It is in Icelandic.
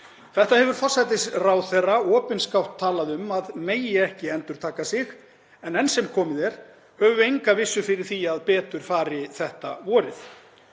Þetta hefur forsætisráðherra opinskátt talað um að megi ekki endurtaka sig en enn sem komið er höfum við enga vissu fyrir því að betur fari þetta vorið.